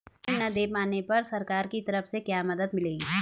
ऋण न दें पाने पर सरकार की तरफ से क्या मदद मिलेगी?